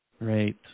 right